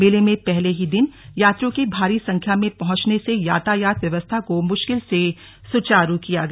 मेले में पहले ही दिन यात्रियों के भारी संख्या में पहुंचने से यातायात व्यवस्था को मुश्किल से सुचारु किया गया